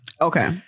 Okay